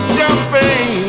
jumping